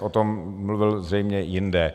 O tom mluvil zřejmě jinde.